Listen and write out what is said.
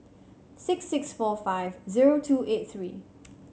six six four five zero two eight three